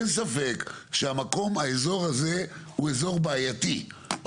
אין ספק שהמקום האזור הזה הוא אזור בעייתי,